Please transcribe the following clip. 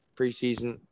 preseason